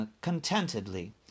contentedly